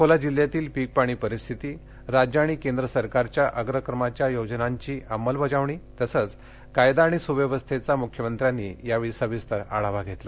अकोला जिल्ह्यातील पीकपाणी परिस्थिती राज्य आणि केंद्र सरकारच्या अग्रक्रमाच्या योजनांची अमलबजावणी तसंच कायदा आणि सुव्यवस्थेचा मुख्यमंत्र्यांनी सविस्तर आढावा घेतला